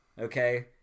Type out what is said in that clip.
Okay